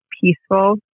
peaceful